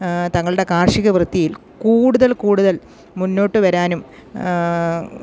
തങ്ങളുടെ കാർഷികവൃത്തിയിൽ കൂടുതൽ കൂടുതൽ മുന്നോട്ട് വരാനും